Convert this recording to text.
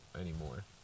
anymore